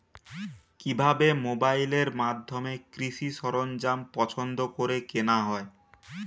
কিভাবে মোবাইলের মাধ্যমে কৃষি সরঞ্জাম পছন্দ করে কেনা হয়?